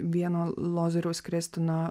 vieno lozoriaus krestino